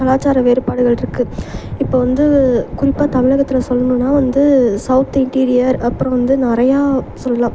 கலாச்சார வேறுபாடுகள் இருக்குது இப்போ வந்து குறிப்பாக தமிழகத்தில் சொல்லணுன்னால் வந்து சௌத் இன்டீரியர் அப்புறம் வந்து நிறையா சொல்லலாம்